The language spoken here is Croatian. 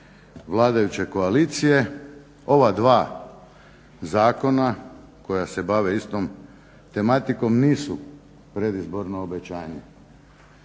vladajuće koalicije, ova dva zakona koja se bave istom tematikom nisu predizborno obećanje.